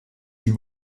sie